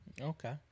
Okay